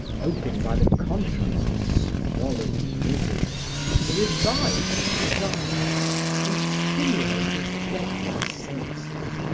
hoping by the contrast of squalid misery to revive his desires and stimulate his deadened senses.